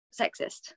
sexist